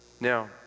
Now